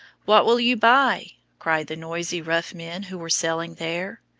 what will you buy? cried the noisy rough men who were selling there.